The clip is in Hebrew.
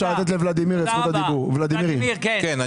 ולדימיר, כן.